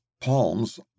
palms